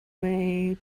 way